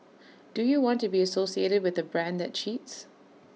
do you want to be associated with A brand that cheats